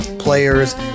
players